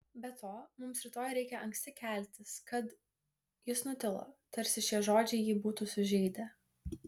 be to mums rytoj reikia anksti keltis kad jis nutilo tarsi šie žodžiai jį būtų sužeidę